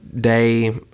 day